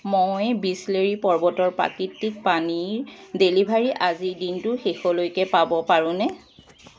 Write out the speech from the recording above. মই বিচলেৰী পৰ্বতৰ প্ৰাকৃতিক পানীৰ ডেলিভাৰী আজিৰ দিনটোৰ শেষলৈকে পাব পাৰোঁনে